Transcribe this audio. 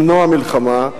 למנוע מלחמה,